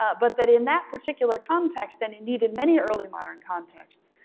ah but that in that particular context, and indeed in many early modern contexts,